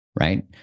right